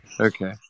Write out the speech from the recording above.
Okay